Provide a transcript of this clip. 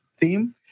theme